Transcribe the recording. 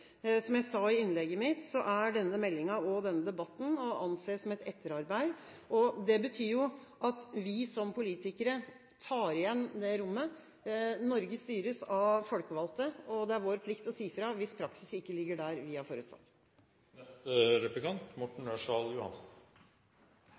Som jeg sa i innlegget mitt, er denne meldingen og denne debatten å anse som et etterarbeid. Det betyr jo at vi som politikere tar igjen det rommet. Norge styres av folkevalgte, og det er vår plikt å si fra hvis praksis ikke ligger der vi har forutsatt at den skal ligge. Som representanten nevnte i sitt innlegg, er